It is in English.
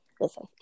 listen